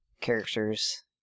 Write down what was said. characters